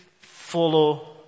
follow